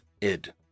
Id